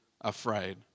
afraid